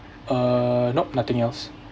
uh nope nothing else